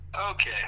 Okay